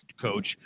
coach